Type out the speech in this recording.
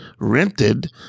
rented